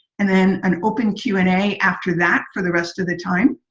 and then an open q and a after that for the rest of the time.